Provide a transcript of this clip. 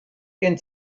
gen